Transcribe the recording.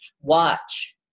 watch